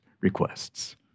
requests